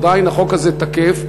עדיין החוק הזה תקף,